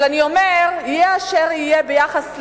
אבל אני אומרת, יהיה אשר יהיה ביחס לרב,